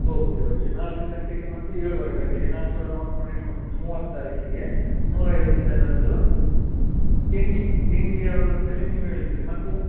okay okay ನಾಲ್ಕು ಗಂಟೆಗೆ ಮತ್ತು ಏಳೂವರೆ ಗಂಟೆಗೆ ನಾನು ಕೂಡ ನೋಟ್ ಮಾಡಿ ಇಟ್ಕೊತಿನಿ ಮೂವತ್ತು ತಾರೀಕಿಗೆ ನೂರೈವತ್ತು ಜನದ್ದು ತಿಂಡಿ ತಿಂಡಿ ಯಾವ್ದು ಅಂತ ಹೇಳಿ ನೀವೇ ಹೇಳ್ತೀರಿ ಮತ್ತು